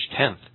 10th